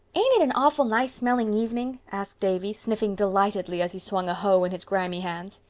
ain't it an awful nice-smelling evening? asked davy, sniffing delightedly as he swung a hoe in his grimy hands.